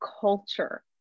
culture